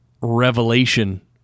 revelation